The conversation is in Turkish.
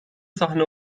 sahne